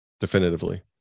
definitively